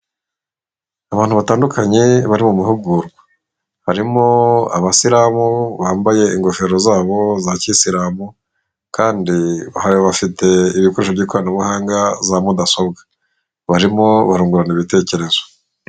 Abantu batandukanye bari mu mahugurwa. Harimo abasilamu bambaye ingofero zabo za k'isilamu, kandi hari bafite ibikoresho by'ikoranabuhanga za mudasobwa barimo bangurana ibitekerezo.